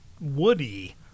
woody